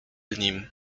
nim